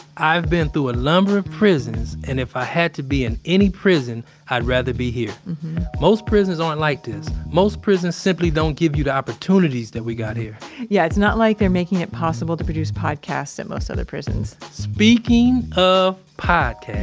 i've been through a number of prisons and if i had to be in any prison i'd rather be here mhm most prisons aren't like this. most prisons simply don't give you the opportunities that we got here yeah, it's not like they're making it possible to produce podcasts at most other prisons speaking of podcasts.